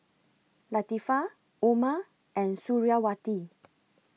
Latifa Umar and Suriawati